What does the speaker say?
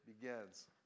begins